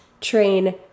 train